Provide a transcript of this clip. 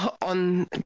on